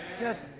Yes